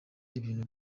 ibintu